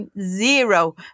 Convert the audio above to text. zero